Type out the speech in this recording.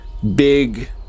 big